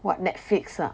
what Netflix ah